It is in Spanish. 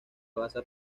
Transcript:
basa